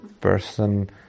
person